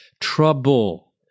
trouble